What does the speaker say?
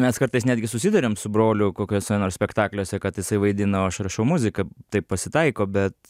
mes kartais netgi susiduriam su broliu kokiuose nors spektakliuose kad jisai vaidina o aš rašau muziką taip pasitaiko bet